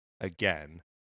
Again